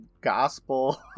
gospel